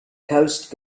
coast